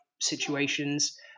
situations